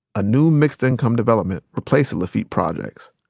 a new mixed-income development replaced the lafitte projects.